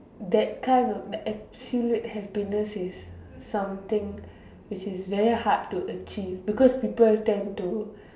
that kind of that absolute happiness is something which is very hard to achieve because people tend to